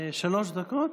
חברי הכנסת,